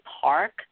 Park